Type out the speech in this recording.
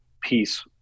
peace